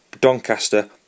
Doncaster